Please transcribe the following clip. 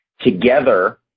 together